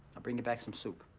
i'll bring you back some soup.